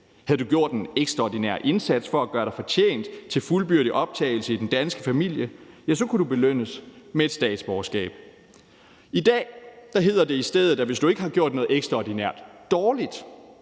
Havde du gjort en ekstraordinær indsats for at gøre dig fortjent til fuldgyldig optagelse i den danske familie, kunne du belønnes med statsborgerskab. I dag hedder det i stedet, at hvis du ikke har gjort noget ekstraordinært dårligt,